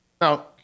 Now